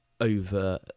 over